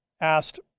asked